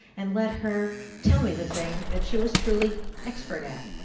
and let her tell me the thing that she was truly expert at.